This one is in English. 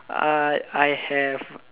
uh I have